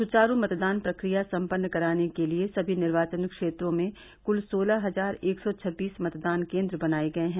सुवारू मतदान प्रक्रिया सम्पन्न कराने के लिये सभी निर्वाचन क्षेत्रों में कुल सोलह हजार एक सौ छब्बीस मतदान केन्द्र बनाये गये हैं